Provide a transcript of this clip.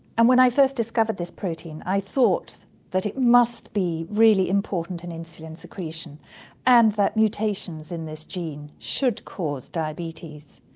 and when i first discovered this protein i thought that it must be really important in insulin secretion and that mutations in this gene should cause diabetes.